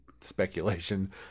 speculation